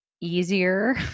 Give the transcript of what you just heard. easier